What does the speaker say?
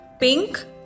Pink